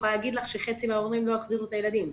חצי מההורים לא יחזירו את הילדים.